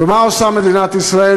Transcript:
ומה עושה מדינת ישראל?